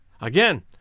Again